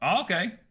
Okay